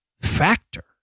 Factor